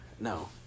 No